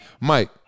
Mike